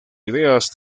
ideas